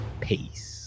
Peace